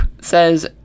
says